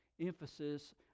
emphasis